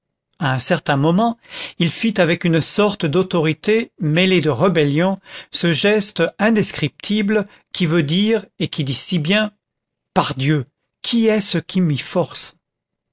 un certain moment il fit avec une sorte d'autorité mêlée de rébellion ce geste indescriptible qui veut dire et qui dit si bien pardieu qui est-ce qui m'y force